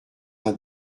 uns